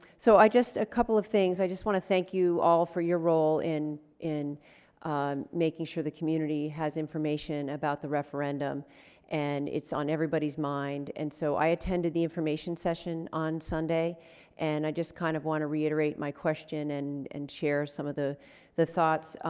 so i just a couple of things i just want to thank you all for your role in in making sure the community has information about the referendum and it's on everybody's mind and so i attended the information session on sunday and i just kind of want to reiterate my question and and share some of the the thoughts